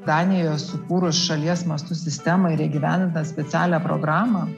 danijoje sukūrus šalies masto sistemą ir įgyvendinant specialią programą